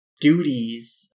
duties